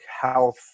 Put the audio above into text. health